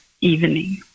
evening